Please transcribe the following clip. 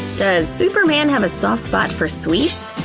does superman have a soft spot for sweets?